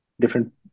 different